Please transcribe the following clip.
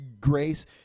grace